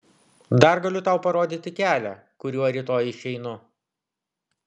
dar galiu tau parodyti kelią kuriuo rytoj išeinu